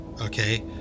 okay